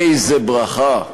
איזו ברכה.